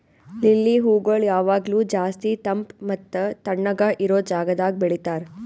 lily ಹೂಗೊಳ್ ಯಾವಾಗ್ಲೂ ಜಾಸ್ತಿ ತಂಪ್ ಮತ್ತ ತಣ್ಣಗ ಇರೋ ಜಾಗದಾಗ್ ಬೆಳಿತಾರ್